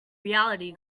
reality